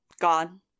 gone